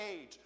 age